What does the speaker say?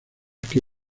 que